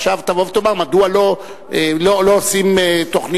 עכשיו, תבוא ותאמר: מדוע לא עושים תוכניות?